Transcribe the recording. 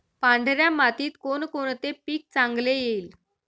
पांढऱ्या मातीत कोणकोणते पीक चांगले येईल?